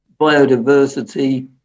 biodiversity